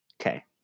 Okay